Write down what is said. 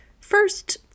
First